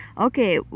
okay